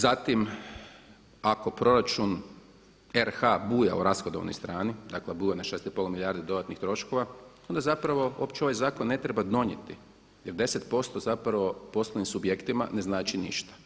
Zatim, ako proračun RH buja u rashodovnoj strani, dakle buja na 6,5 milijardi dodatnih troškova, onda zapravo uopće ovaj zakon ne treba donijeti jer 10 posto zapravo poslovnim subjektima ne znači ništa.